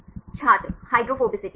छात्र हाइड्रोफोबिसिटी